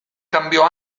cambiò